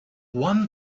one